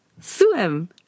swim